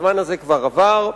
הזמן הזה כבר עבר,